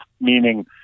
meaning